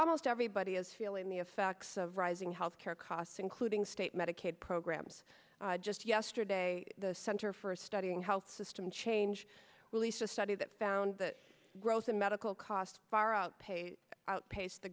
almost everybody is feeling the effects of rising care costs including state medicaid programs just yesterday the center for studying health system change released a study that found that growth in medical costs far outpace outpaced the